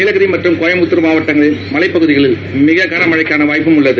நீலகிரி மற்றும் கோயமுத்துர் மாவட்டங்களில் மழைப் பகுதிகளில் மிக கன மழைக்கான வாய்ப்பவும் உள்ளது